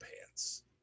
pants